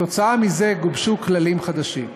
וכתוצאה מזה גובשו כללים חדשים.